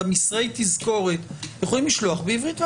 את מסרי התזכורת יכולים לשלוח בעברית וערבית.